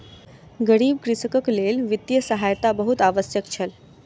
गरीब कृषकक लेल वित्तीय सहायता बहुत आवश्यक छल